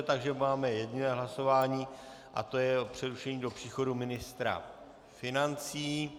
Takže máme jediné hlasování a to je o přerušení do příchodu ministra financí.